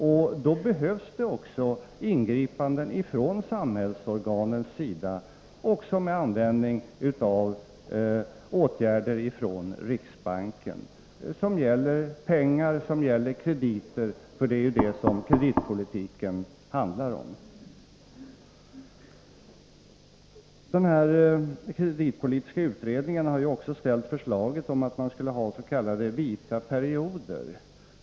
Och då behövs också ingripanden från samhällsorganens lagen om kreditsida, bl.a. riksbankens åtgärder beträffande pengar och krediter. För det är politiska medel ju det kreditpolitiken handlar om. Den kreditpolitiska utredningen har också framlagt förslag om ”vita perioder”.